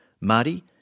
Marty